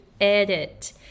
edit